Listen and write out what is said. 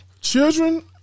Children